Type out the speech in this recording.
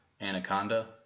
Anaconda